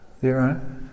zero